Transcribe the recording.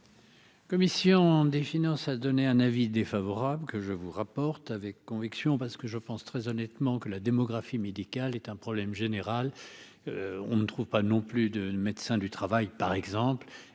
Commission des finances, a donné un avis défavorable que je vous rapporte avec conviction parce que je pense très honnêtement que la démographie médicale est un problème général, on ne trouve pas non plus de de médecin du travail, par exemple,